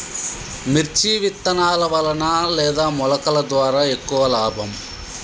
మిర్చి విత్తనాల వలన లేదా మొలకల ద్వారా ఎక్కువ లాభం?